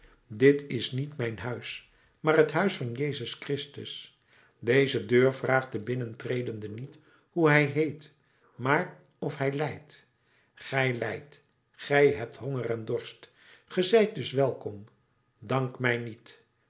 dit is niet mijn huis maar het huis van jezus christus deze deur vraagt den binnentredende niet hoe hij heet maar of hij lijdt gij lijdt gij hebt honger en dorst ge zijt dus welkom dank mij niet